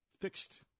fixed